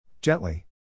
Gently